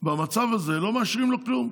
במצב הזה לא מאשרים לו כלום.